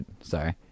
sorry